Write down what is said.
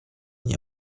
nie